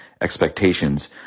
expectations